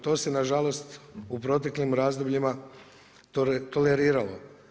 To se na žalost u proteklim razdobljima toleriralo.